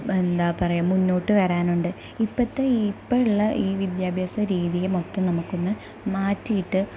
എന്താണ് പറയുക മുന്നോട്ട് വരാനുണ്ട് ഇപ്പോഴത്തെ ഈ ഇപ്പം ഉള്ള ഈ വിദ്യാഭ്യാസ രീതിയെ മൊത്തം നമുക്കൊന്ന് മാറ്റിയിട്ട്